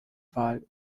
wahl